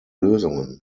lösungen